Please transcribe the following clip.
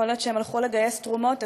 יכול להיות שהם הלכו לגייס תרומות איפשהו.